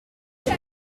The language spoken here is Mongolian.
шиг